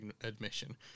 admission